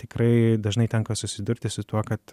tikrai dažnai tenka susidurti su tuo kad